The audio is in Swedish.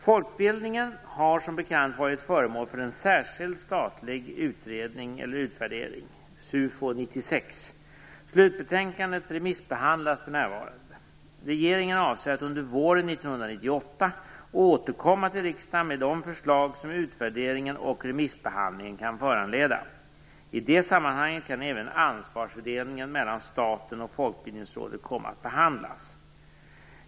Folkbildningen har varit föremål för en särskild statlig utvärdering . Slutbetänkandet remissbehandlas för närvarande. Regeringen avser att under våren 1998 återkomma till riksdagen med de förslag som utvärderingen och remissbehandlingen kan föranleda. I det sammanhanget kan även ansvarsfördelningen mellan staten och Folkbildningsrådet komma att behandlas.